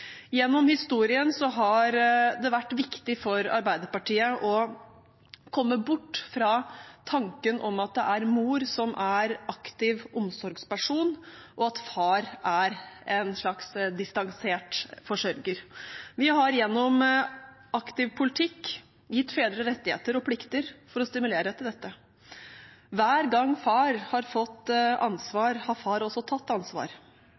Gjennom historien har det vært viktig for Arbeiderpartiet å komme bort fra tanken om at det er mor som er aktiv omsorgsperson, og at far er en slags distansert forsørger. Vi har gjennom aktiv politikk gitt fedre rettigheter og plikter for å stimulere til dette. Hver gang far har fått ansvar, har far også tatt ansvar.